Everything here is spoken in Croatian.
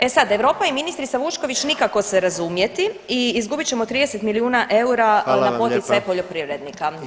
E sad, Europa i ministrica Vučković nikako se razumjeti i izgubit ćemo 30 milijuna eura [[Upadica predsjednik: Hvala vam lijepa.]] na poticaje poljoprivrednika.